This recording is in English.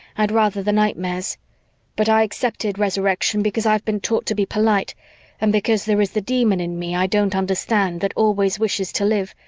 i'd rather the nightmares but i accepted resurrection because i've been taught to be polite and because there is the demon in me i don't understand that always wishes to live,